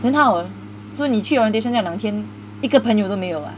then how so 你去 orientation 那两天一个朋友都没有啊